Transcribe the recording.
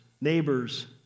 neighbors